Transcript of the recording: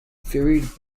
ferried